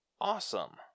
Awesome